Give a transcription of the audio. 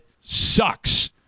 sucks